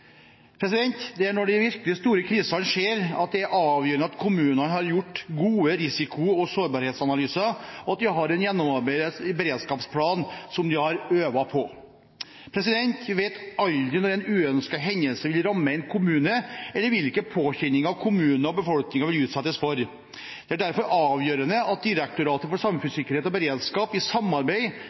Det er når de virkelig store krisene skjer at det er avgjørende at kommunene har gjort gode risiko- og sårbarhetsanalyser, og at de har en gjennomarbeidet beredskapsplan som de har øvd på. Vi vet aldri når en uønsket hendelse vil ramme en kommune, eller hvilke påkjenninger kommunen og befolkningen vil utsettes for. Det er derfor avgjørende at Direktoratet for samfunnssikkerhet og beredskap i samarbeid